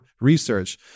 research